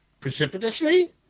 precipitously